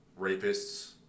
rapists